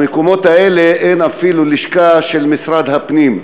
במקומות האלה אין אפילו לשכה של משרד הפנים,